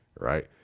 Right